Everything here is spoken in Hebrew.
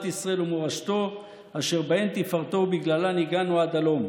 ישראל ומורשתו אשר בהן תפארתו ובגללן הגענו עד הלום.